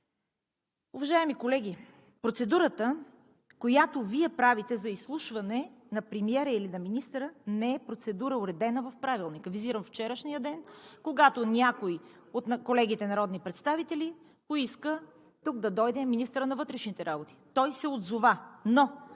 Уважаеми колеги, процедурата, която Вие правите – за изслушване на премиера или на министър, не е процедура, уредена в Правилника. Визирам вчерашния ден, когато някой от колегите народни представители поиска тук да дойде министърът на вътрешните работи. Той се отзова, но